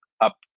up